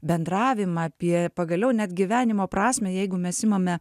bendravimą apie pagaliau net gyvenimo prasmę jeigu mes imame